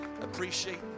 Appreciate